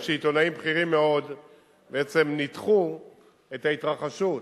עיתונאים בכירים מאוד ניתחו את ההתרחשות,